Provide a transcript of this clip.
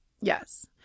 Yes